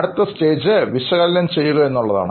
അടുത്ത സ്റ്റേജ് വിശകലനം ചെയ്യുക എന്നുള്ളതാണ്